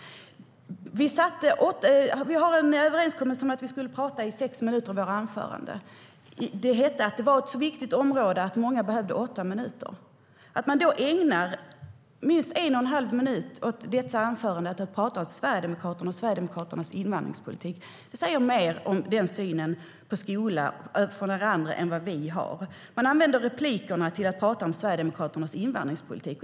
Ni använder replikerna till att tala om Sverigedemokraternas invandringspolitik.